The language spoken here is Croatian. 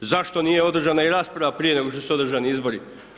Zašto nije održana i rasprava prije nego što su održani izbori?